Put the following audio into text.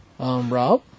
Rob